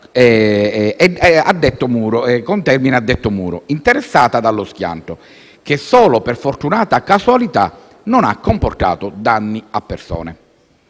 contermine a detto muro, interessata dallo schianto, che solo per fortunata casualità non ha comportato danni a persone.